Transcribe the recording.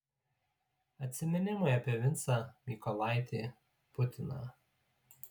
atsiminimai apie vincą mykolaitį putiną